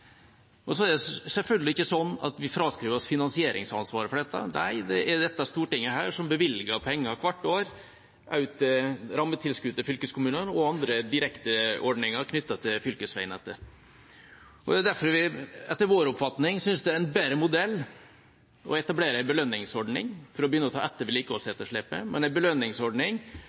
Det er selvfølgelig ikke sånn at vi fraskriver oss finansieringsansvaret for dette. Nei, det er dette Stortinget som bevilger penger hvert år, et rammetilskudd til fylkeskommunene og andre direkte ordninger knyttet til fylkesveinettet. Det er derfor det etter vår oppfatning en bedre modell å etablere en belønningsordning for å begynne å ta igjen vedlikeholdsetterslepet, men da en belønningsordning